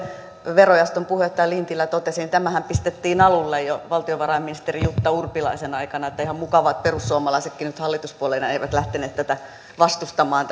verojaoston puheenjohtaja lintilä totesi niin tämähän pistettiin alulle jo valtiovarainministeri jutta urpilaisen aikana että ihan mukavaa että perussuomalaisetkaan nyt hallituspuolueena eivät lähteneet vastustamaan